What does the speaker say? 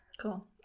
Cool